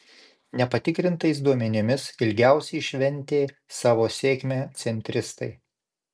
nepatikrintais duomenimis ilgiausiai šventė savo sėkmę centristai